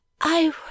I